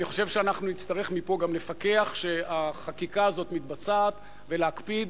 אני חושב שנצטרך מפה גם לפקח שהחקיקה הזאת מתבצעת ולהקפיד,